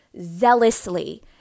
zealously